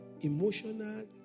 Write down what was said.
emotional